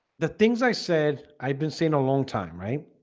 the things i said, i've been seen a long time, right